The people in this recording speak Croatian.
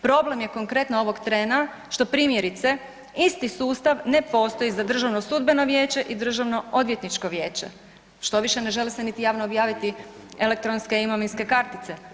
Problem je konkretno ovog trena što primjerice isti sustav na postoji za Državno sudbeno vijeće i Državno odvjetničko vijeće, što više ne žele se niti javno objaviti elektronske imovinske kartice.